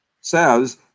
says